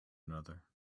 another